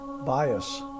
bias